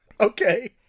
Okay